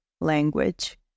language